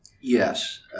Yes